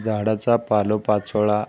झाडाचा पालापाचोळा